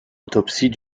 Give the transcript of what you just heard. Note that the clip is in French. autopsie